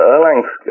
Erlang's